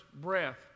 breath